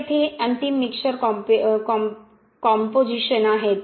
तर येथे अंतिम मिक्सचर कॉम्पोसिशन आहेत